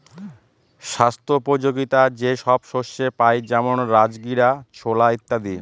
স্বাস্থ্যোপযোগীতা যে সব শস্যে পাই যেমন রাজগীরা, ছোলা ইত্যাদি